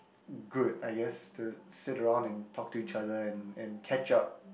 good I guess to sit around and talk to each other and and catch up